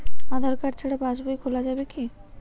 আধার card ছাড়া পাশবই খোলা যাবে কি?